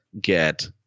get